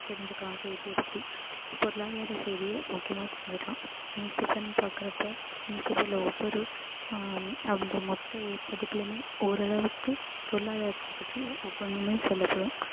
தெரிஞ்சுக்கிலாம் செய்தியை பற்றி பொருளாதார செய்தியை முக்கியமாக தெரிஞ்சுக்கிலாம் நியூஸ் பேப்பர்ன்னு பார்க்குறப்ப நியூஸ் பேப்பரில் ஒவ்வொரு அந்த மொத்த பதிப்புலேயுமே ஓரளவுக்கு பொருளாதாரத்தை பற்றி ஒவ்வொன்றுமே சொல்லப்படும்